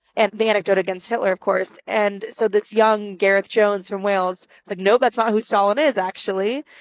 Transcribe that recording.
and the anecdote against hitler of course. and so this young gareth jones from wales like, no, that's not who stalin is actually.